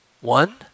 One